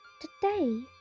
To-day